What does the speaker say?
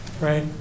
right